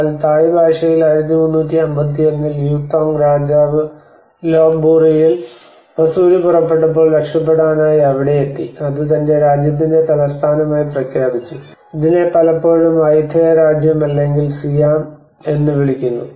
എന്നാൽ തായ് ഭാഷയിൽ 1351 ൽ യു തോങ് രാജാവ് ലോപ് ബൂറിയിൽ വസൂരി പൊട്ടിപ്പുറപ്പെട്ടപ്പോൾ രക്ഷപ്പെടാനായി അവിടെയെത്തി അത് തന്റെ രാജ്യത്തിന്റെ തലസ്ഥാനമായി പ്രഖ്യാപിച്ചു ഇതിനെ പലപ്പോഴും അയ്യൂതയ രാജ്യം അല്ലെങ്കിൽ സിയാം എന്ന് വിളിക്കുന്നു